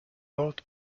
old